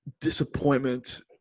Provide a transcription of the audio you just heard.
disappointment